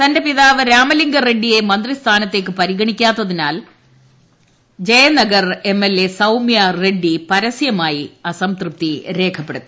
തന്റെ പിതാവ് രാമലിംഗ റെഡ്ഡിയെ മന്ത്രിസ്ഥാനത്തേക്ക് പരിഗണിക്കാത്തിൽ Jayanagar M L A Sowmya Reddy പരസ്യമായി അസംതൃപ്തി രേഖപ്പെടുത്തി